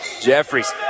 Jeffries